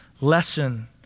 lesson